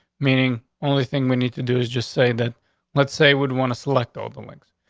meaning only thing we need to do is just say that let's say, would want to select all the links.